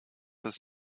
ist